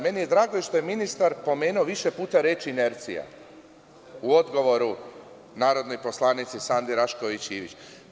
Meni je drago što je ministar pomenuo više puta reč - inercija, u odgovoru narodnoj poslanici Sandi Rasšković Ivić.